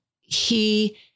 he-